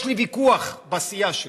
יש לי ויכוח בסיעה שלי.